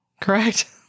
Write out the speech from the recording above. Correct